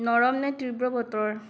নৰম নে তীব্ৰ বতৰ